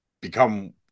become